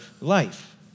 life